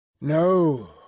no